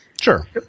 Sure